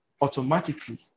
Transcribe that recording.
automatically